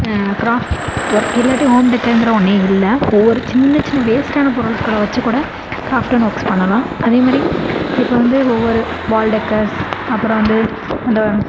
craft work இல்லாட்டி home டெக்கர்ங்கிற ஒன்றே இல்லை ஒவ்வொரு சின்ன சின்ன வேஸ்ட்டான பொருட்களை வச்சு கூட கிராஃப்ட் அண்ட் ஒர்க்ஸ் பண்ணலாம் அதேமாரி இப்போ வந்து ஒவ்வொரு வால் டெக்கர்ஸ் அப்புறம் வந்து அந்த